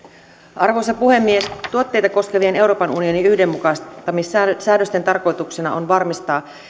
arvoisa puhemies tuotteita koskevien euroopan unionin yhdenmukaistamissäädösten tarkoituksena on varmistaa